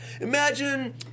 imagine